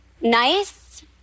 nice